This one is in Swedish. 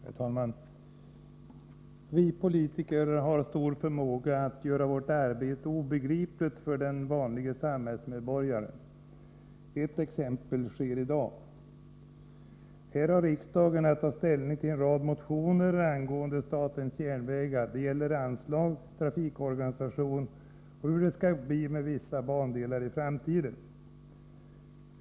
Herr talman! Vi politiker har stor förmåga att göra vårt arbete obegripligt för den vanlige samhällsmedborgaren. Ett exempel är vad som sker i dag. Riksdagen har här att ta ställning till en rad motioner angående statens järnvägar. Det gäller anslag, trafikorganisation och hur det skall bli med vissa bandelar i framtiden.